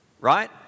right